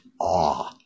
awe